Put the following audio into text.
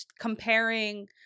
comparing